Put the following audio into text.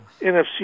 NFC